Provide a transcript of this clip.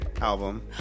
album